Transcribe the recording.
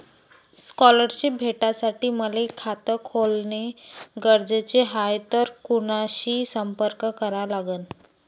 Scholarship भेटासाठी मले खात खोलने गरजेचे हाय तर कुणाशी संपर्क करा लागन?